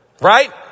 right